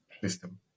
system